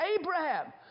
Abraham